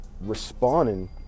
responding